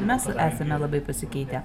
mes esame labai pasikeitę